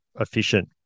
efficient